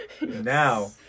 Now